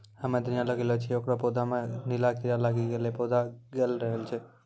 हम्मे धनिया लगैलो छियै ओकर पौधा मे नीला कीड़ा लागी गैलै पौधा गैलरहल छै?